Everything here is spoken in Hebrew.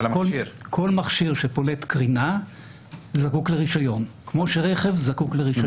כל מכשיר שפולט קרינה זקוק לרישיון כמו שרכב זקוק לרישיון.